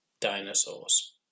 dinosaurs